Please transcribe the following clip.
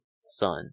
sun